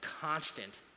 constant